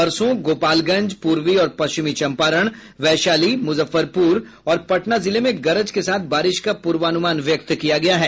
परसों गोपागलंज पूर्वी और पश्चिम चंपारण वैशाली मुजफ्फरपुर और पटना जिले में गरज के साथ बारिश का पूर्वानुमान व्यक्त किया गया है